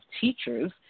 teachers